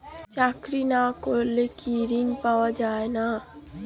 চাকরি না করলে কি ঋণ পাওয়া যায় না?